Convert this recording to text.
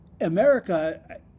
America